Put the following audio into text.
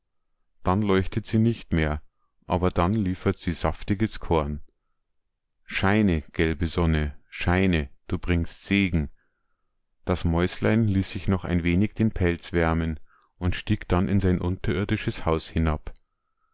dann leuchtet sie nicht mehr aber dann liefert sie saftiges korn scheine gelbe sonne scheine du bringst segen das mäuslein ließ sich noch ein wenig den pelz wärmen und stieg dann in sein unterirdisches haus hinab